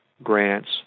grants